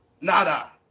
Nada